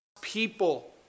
people